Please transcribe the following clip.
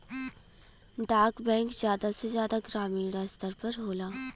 डाक बैंक जादा से जादा ग्रामीन स्तर पर होला